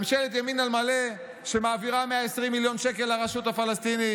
ממשלת ימין על מלא שמעבירה 120 מיליון שקל לרשות הפלסטינית,